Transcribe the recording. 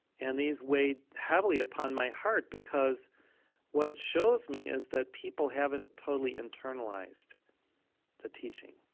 and these weighed heavily upon my heart because what it shows me is that people haven't totally internalized the teaching.